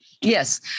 Yes